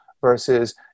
versus